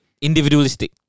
individualistic